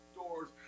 doors